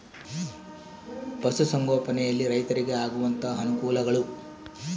ಪಶುಸಂಗೋಪನೆಯಲ್ಲಿ ರೈತರಿಗೆ ಆಗುವಂತಹ ಅನುಕೂಲಗಳು?